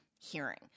hearing